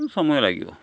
ସମୟ ଲାଗିବ